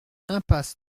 impasse